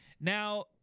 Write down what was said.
now